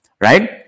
right